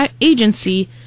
agency